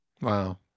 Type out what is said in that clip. Wow